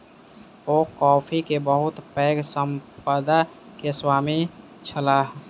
ओ coffee के बहुत पैघ संपदा के स्वामी छलाह